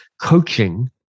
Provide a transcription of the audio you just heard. coaching